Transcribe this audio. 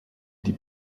die